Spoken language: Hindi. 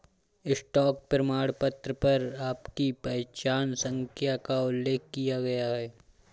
स्टॉक प्रमाणपत्र पर आपकी पहचान संख्या का उल्लेख किया गया है